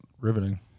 riveting